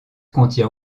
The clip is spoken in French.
contient